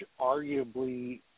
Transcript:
arguably